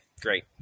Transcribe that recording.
great